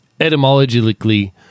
etymologically